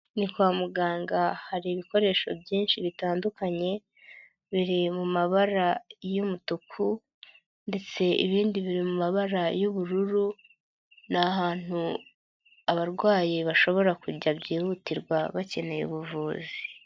Ni kwa muganga hari ibikoresho byinshi bitandukanyebiri mu mabara y'umutuku ndetse ibindi biri mu mabara y'ubururu, ni ahantutu abarwayi bashobora kujya byihutirwa bakeneye ubuvuzi.